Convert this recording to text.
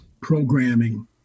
programming